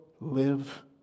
live